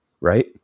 right